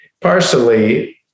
partially